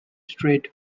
straight